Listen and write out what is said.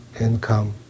income